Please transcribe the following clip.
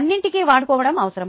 అన్నింటికీ వాడుకోవడం అవసరం